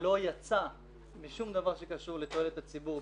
לא יצא משום דבר שקשור לתועלת הציבור,